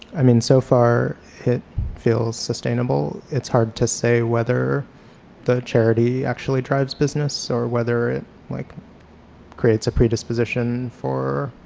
i mean so far it feels sustainable. it's hard to say whether the charity actually drives business or whether it like creates a predisposition for,